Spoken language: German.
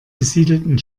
besiedelten